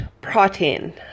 protein